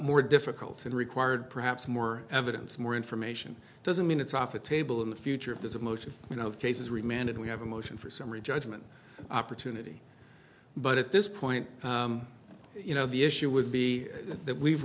more difficult and required perhaps more evidence more information doesn't mean it's off the table in the future if there's a motion you know of cases remanded we have a motion for summary judgment opportunity but at this point you know the issue would be that we've